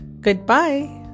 Goodbye